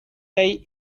day